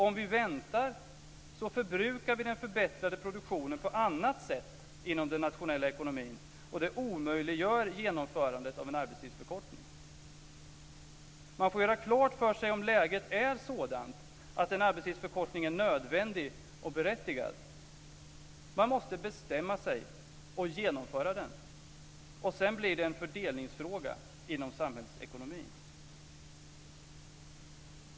Om vi väntar så förbrukar vi den förbättrade produktionen på annat sätt inom den nationella ekonomin. Det omöjliggör genomförandet av en arbetstidsförkortning. Man får göra klart för sig om läget är sådant, att en arbetstidsförkortning är nödvändig och berättigad. Man måste bestämma sig och genomföra den och sen blir det en fördelningsfråga inom samhällsekonomin."